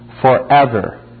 forever